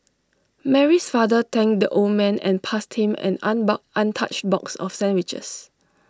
Mary's father thanked the old man and passed him an an untouched box of sandwiches